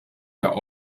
der